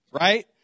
right